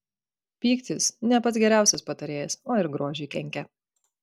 pyktis ne pats geriausias patarėjas o ir grožiui kenkia